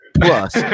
plus